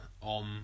on